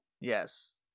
Yes